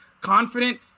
confident